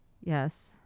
yes